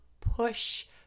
push